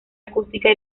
acústica